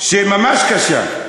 ממש קשה,